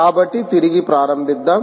కాబట్టి తిరిగి ప్రారంభిద్దాం